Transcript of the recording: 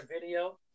video